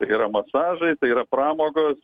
tai yra masažai tai yra pramogos